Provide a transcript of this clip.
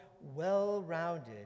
well-rounded